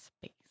space